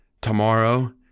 tomorrow